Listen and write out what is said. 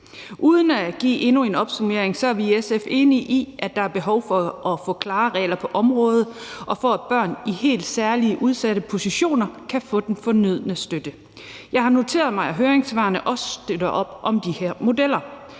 jeg skal give endnu en opsummering, kan jeg sige, at vi i SF er enige i, at der er behov for at få klare regler på området og for, at børn i helt særlige udsatte positioner kan få den fornødne støtte. Jeg har noteret mig, at høringssvarene også støtter op om de her modeller.